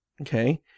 Okay